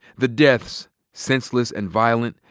the deaths, senseless and violent,